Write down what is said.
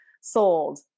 sold